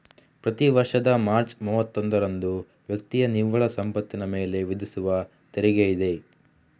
ಪ್ರತಿ ವರ್ಷದ ಮಾರ್ಚ್ ಮೂವತ್ತೊಂದರಂದು ವ್ಯಕ್ತಿಯ ನಿವ್ವಳ ಸಂಪತ್ತಿನ ಮೇಲೆ ವಿಧಿಸುವ ತೆರಿಗೆಯಿದೆ